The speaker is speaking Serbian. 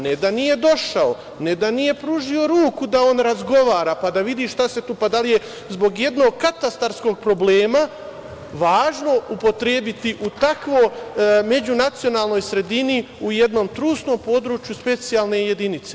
Ne da nije došao, ne da nije pružio ruku da on razgovara pa da vidi šta se tu, da li je zbog jednog katastarskog problema važno upotrebiti u takvoj međunacionalnoj sredini, u jednom trusnom području, specijalne jedinice.